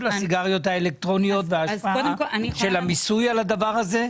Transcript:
הסיגריות האלקטרוניות וההשפעה של המיסוי על הדבר הזה?